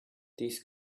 these